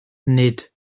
nid